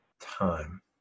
time